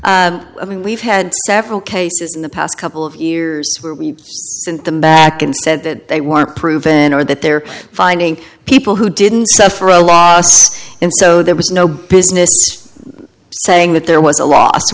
loss i mean we've had several cases in the past couple of years where we sent them back and said that they were proven or that they're finding people who didn't suffer a loss and so there was no business saying that there was a last